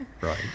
right